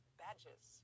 badges